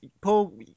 Paul